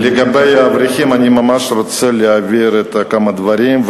לגבי האברכים אני ממש רוצה להבהיר כמה דברים,